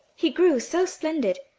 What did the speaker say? he grew so splendid,